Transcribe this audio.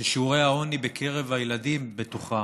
שיעורי העוני בקרב הילדים בתוכה